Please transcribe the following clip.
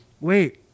wait